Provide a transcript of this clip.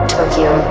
Tokyo